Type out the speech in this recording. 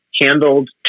handled